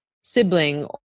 sibling